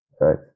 right